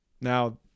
Now